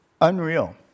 unreal